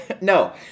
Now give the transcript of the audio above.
No